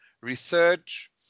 research